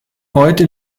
heute